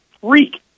freak